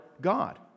God